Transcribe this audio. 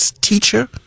teacher